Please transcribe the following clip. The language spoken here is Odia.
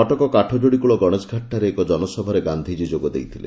କଟକ କାଠଯୋଡ଼ି କକଳ ଗଣେଶଘାଟ ଠାରେ ଏକ ଜନସଭାରେ ଗାନ୍ଧୀଜୀ ଯୋଗ ଦେଇଥିଲେ